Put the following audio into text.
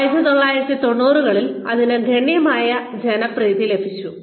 1990 കളിൽ ഇതിന് ഗണ്യമായ ജനപ്രീതി ലഭിച്ചു